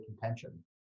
contention